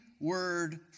Word